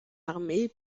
armée